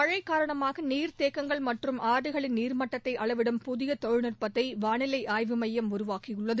மழைக் காரணமாக நீர்த்தேக்கங்கள் மற்றும் ஆறுகளின் நீர்மட்டத்ததை அளவிடும் புதிய தொழில்நுட்பத்தை வானிலை ஆய்வு மையம் உருவாக்கியுள்ளது